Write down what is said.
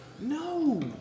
No